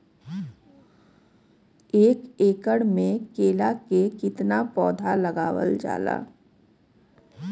एक एकड़ में केला के कितना पौधा लगावल जाला?